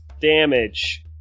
damage